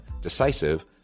decisive